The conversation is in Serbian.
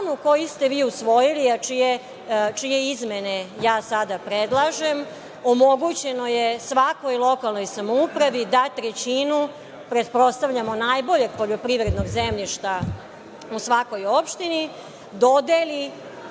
koji ste vi usvojili, a čije izmene ja sada predlažem, omogućeno je svakoj lokalnoj samoupravi da trećinu, pretpostavljamo, najboljeg poljoprivrednog zemljišta u svakoj opštini dodeli